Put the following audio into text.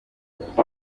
kuzuza